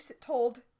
told